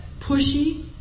pushy